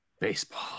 Baseball